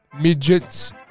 midgets